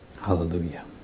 Hallelujah